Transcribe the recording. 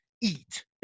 eat